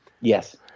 Yes